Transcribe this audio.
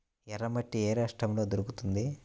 ఎర్రమట్టి ఏ రాష్ట్రంలో దొరుకుతుంది?